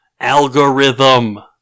Algorithm